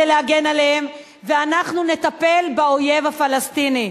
להגן עליהם ואנחנו נטפל באויב הפלסטיני.